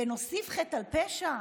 ונוסיף חטא על פשע,